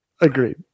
agreed